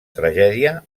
tragèdia